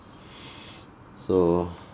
so